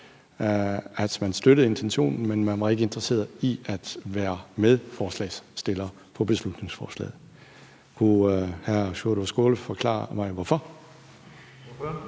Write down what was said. at man støttede intentionen, men at man ikke var interesseret i at være medforslagsstiller på beslutningsforslaget. Kunne hr. Sjúrður Skaale forklare mig hvorfor?